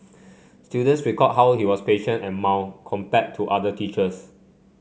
students recalled how he was patient and mild compared to other teachers